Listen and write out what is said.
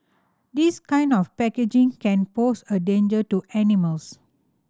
this kind of packaging can pose a danger to animals